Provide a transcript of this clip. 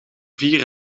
vier